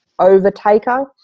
overtaker